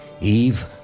Eve